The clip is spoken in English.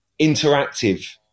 interactive